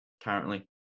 currently